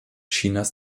chinas